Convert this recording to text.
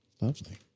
Lovely